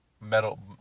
Metal